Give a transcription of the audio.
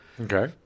Okay